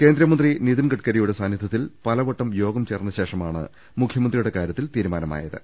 കേന്ദ്രമന്ത്രി നിധിൻ ഗഡ്ഗരിയുടെ സാന്നിധൃത്തിൽ പലവട്ടം യോഗം ചേർന്ന ശേഷമാണ് മുഖ്യമന്ത്രിയുടെ കാര്യത്തിൽ തീരുമാ നമായത്